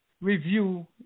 review